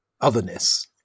otherness